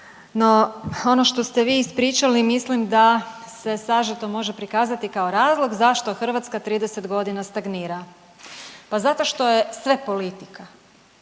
no ono što ste vi ispričali mislim da se sažeto može prikazati kao razlog zašto Hrvatska 30.g. stagnira, pa zato što je sve politika.